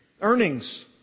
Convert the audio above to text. Earnings